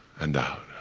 and out.